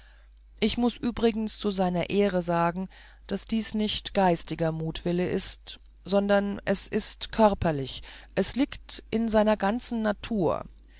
ich muß übrigens zu seiner ehre sagen daß dies nicht geistiger mutwillen ist sondern es ist körperlich es liegt in seiner ganzen natur